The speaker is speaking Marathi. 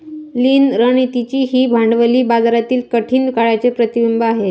लीन रणनीती ही भांडवली बाजारातील कठीण काळाचे प्रतिबिंब आहे